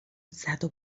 زدو